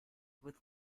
with